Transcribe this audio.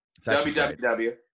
WWW